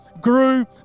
grew